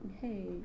Hey